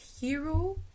hero